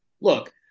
Look